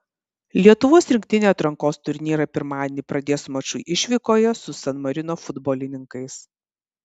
lietuvos rinktinė atrankos turnyrą pirmadienį pradės maču išvykoje su san marino futbolininkais